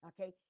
okay